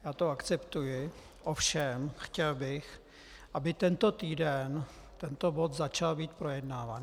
Já to akceptuji, ovšem chtěl bych, aby tento týden tento bod začal být projednáván.